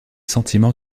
sentiments